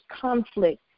conflict